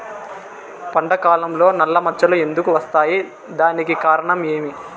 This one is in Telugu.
పంట కాలంలో నల్ల మచ్చలు ఎందుకు వస్తాయి? దానికి కారణం ఏమి?